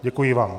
Děkuji vám.